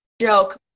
joke